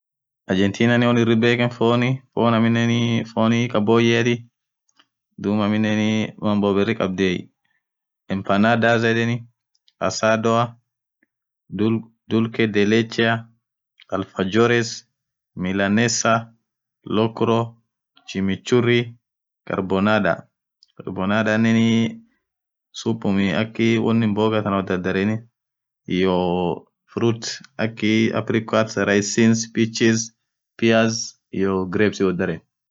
ajentiinanen won irritbeken foni fon aminen foni kaboyeati dum aminenii mambo birri khabdhiye impanadaz yedeni asadoa dulkedhelechea alfajores milannesa lokra chimichuri karbonada karbonadanenii supum akii won himbogaa tanan wodadareniaiyoo fruit akii aprikans saraisis piches pias iyyo grepsin wodaren